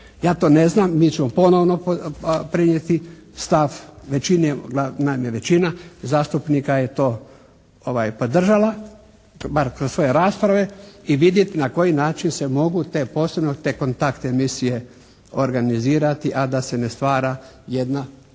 Ja to ne znam, mi ćemo ponovno prenijeti stav većine, naime većina zastupnika je to podržala bar kroz svoje rasprave, i vidjeti na koji način se mogu posebno te kontakt emisije organizirati a da se ne stvara jedna